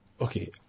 Okay